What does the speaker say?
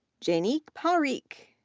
jaineek parikh,